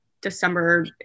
December